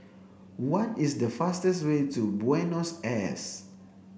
what is the fastest way to Buenos Aires